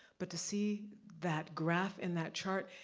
but to see that graph and that chart,